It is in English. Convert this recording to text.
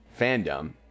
fandom